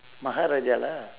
மகாராஜா:maharaja lah